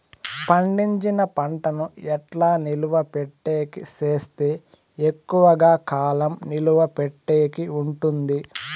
పండించిన పంట ను ఎట్లా నిలువ పెట్టేకి సేస్తే ఎక్కువగా కాలం నిలువ పెట్టేకి ఉంటుంది?